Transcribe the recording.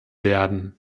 werden